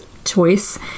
Choice